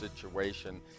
situation